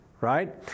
Right